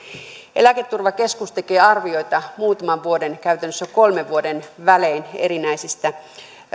eläketurvakeskus tekee arvioita muutaman vuoden käytännössä kolmen vuoden välein erinäisistä